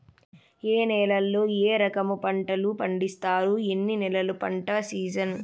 ఏ నేలల్లో ఏ రకము పంటలు పండిస్తారు, ఎన్ని నెలలు పంట సిజన్?